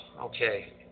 okay